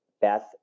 Beth